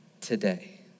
today